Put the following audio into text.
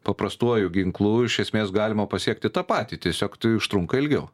paprastuoju ginklu iš esmės galima pasiekti tą patį tiesiog tai užtrunka ilgiau